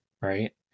right